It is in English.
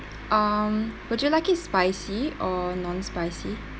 um would you like it spicy or non spicy